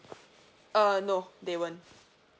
err no they won't